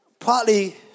Partly